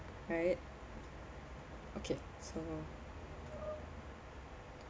right okay so